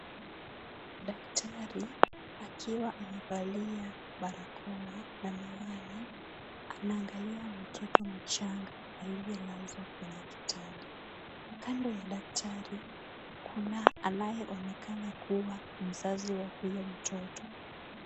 Daktari akiwa amevalia barakoa na miwani anaangalia mtoto mchanga aliyelazwa kwenye kitanda. Kando ya daktari kuna anayeonekana kuwa mzazi wa huyo mtoto.